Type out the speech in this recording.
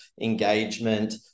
engagement